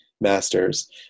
masters